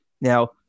Now